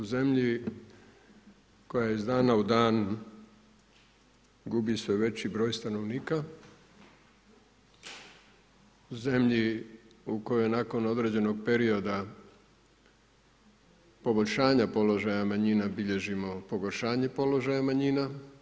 U zemlji koja je iz dana u dan gubi sve veći broj stanovnika, zemlji u kojoj nakon određenog perioda poboljšanja položaja manjina bilježimo pogoršanje položaja manjina.